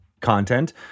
content